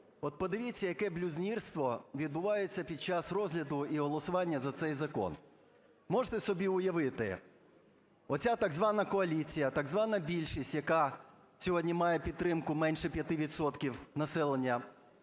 от подивіться, яке блюзнірство відбувається під час розгляду і голосування за цей закон. Можете собі уявити, оця так звана коаліція, так звана більшість, яка сьогодні має підтримку менше 5 відсотків